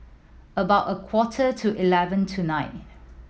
about a quarter to eleven tonight